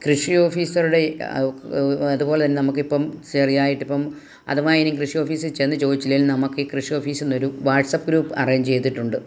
കൃഷി ഓഫീസറുടെ അതുപോലെ തന്നെ നമുക്ക് ഇപ്പം ചെറിയായിട്ട് ഇപ്പം അഥവാ ഇനി കൃഷി ഓഫീസി ചെന്ന് ചോദിച്ചില്ലേലും ഈ കൃഷി ഓഫീസിന്നു ഒരു വാട്ട്സാപ്പ് ഗ്രൂപ്പ് അറേഞ്ച് ചെയ്തിട്ടുണ്ട്